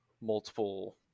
multiple